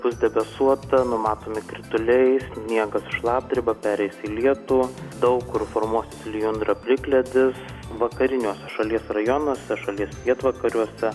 bus debesuota numatomi krituliai sniegas šlapdriba pereis į lietų daug kur formuosis lijundra plikledis vakariniuose šalies rajonuose šalies pietvakariuose